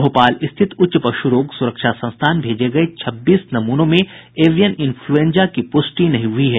भोपाल स्थिल उच्च पशु रोग सुरक्षा संस्थान भेजे गये छब्बीस नमूनों में एविएन एन्फ्लूएंजा की प्रष्टि नहीं हुई है